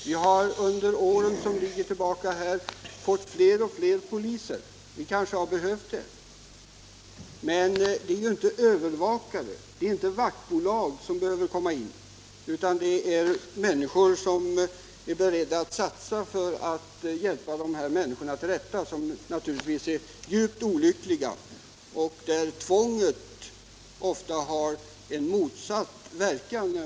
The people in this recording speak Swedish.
Vi har under de gångna åren fått fler och fler poliser, och dessa har kanske behövts. Men det är inte övervakare eller vaktbolag som behövs här, utan det är människor som är beredda att satsa och hjälpa dessa djupt olyckliga narkomaner till rätta. Behandlingstvånget får ofta motsatt verkan.